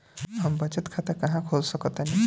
हम बचत खाता कहां खोल सकतानी?